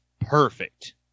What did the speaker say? perfect